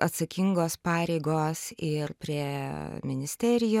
atsakingos pareigos ir prie ministerijų